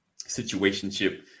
situationship